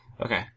Okay